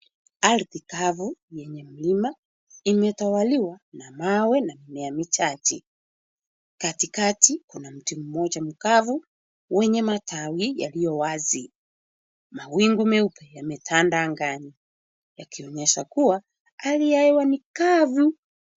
Ardhi kavu yenye mlima. Imetawaliwa na mawe na mimea michache. Katikati kuna mti mmoja mkavu wenye matawi yaliyo wazi. Mawingu meupe yametanda angani yakionyesha kuwa hali ya hewa ni kavu.